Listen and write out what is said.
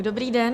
Dobrý den.